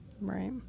Right